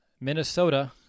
Minnesota